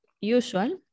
usual